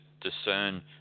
discern